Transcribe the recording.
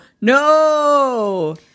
No